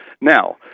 Now